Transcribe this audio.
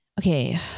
okay